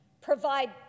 provide